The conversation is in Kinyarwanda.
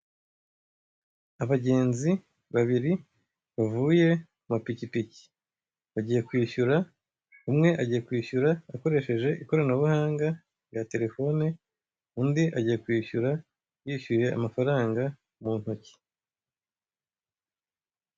Abagenzi babiri bavuye ku mapikipiki bagiye kwishyura: umwe agiye kwishyura akoresheje ikoranabuhanga rya terefone undi agiye kwishyura, ,yishyuye amafaranga mu ntoki.